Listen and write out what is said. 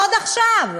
עוד עכשיו,